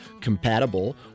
Compatible